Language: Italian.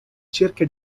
cerca